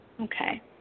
Okay